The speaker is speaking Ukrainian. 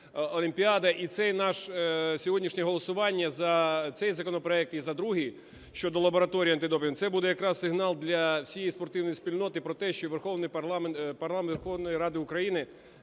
і це наше сьогоднішнє голосування за цей законопроект і за другий, щодо лабораторії антидопінгу, це буде якраз сигнал для всієї спортивної спільноти про те, що парламент… Верховної Ради України,